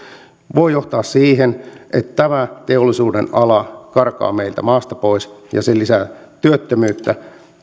voi johtaa siihen että tämä teollisuudenala karkaa meidän maasta pois ja se lisää työttömyyttä